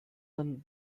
then